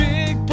Big